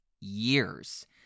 years